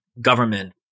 government